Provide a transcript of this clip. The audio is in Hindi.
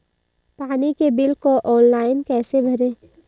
पानी के बिल को ऑनलाइन कैसे भरें?